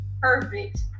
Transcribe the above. perfect